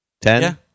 ten